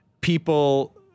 people